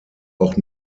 auch